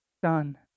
son